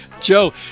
Joe